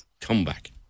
comeback